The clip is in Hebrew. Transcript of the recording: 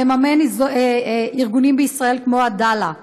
המממן ארגונים בישראל כמו עדאלה.